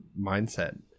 mindset